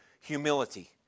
humility